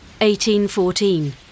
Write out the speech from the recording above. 1814